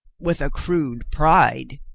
with a crude pride.